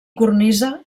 cornisa